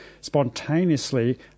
spontaneously